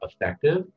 effective